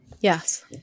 Yes